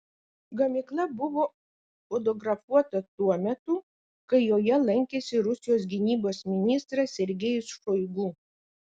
gamykla buvo fotografuota tuo metu kai joje lankėsi rusijos gynybos ministras sergejus šoigu